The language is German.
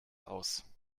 aus